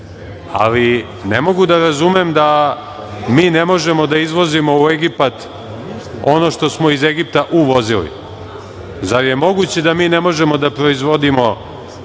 ali ne mogu da razumem da mi ne možemo da izvozimo u Egipat ono što smo iz Egipta uvozili. Zar je moguće da mi ne možemo da proizvodimo